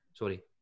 Sorry